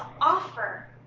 offer